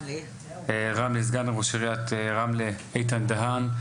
סגן ראש עיריית רמלה איתן דהאן,